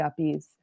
guppies